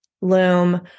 loom